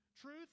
Truth